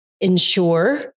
ensure